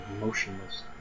motionless